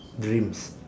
dreams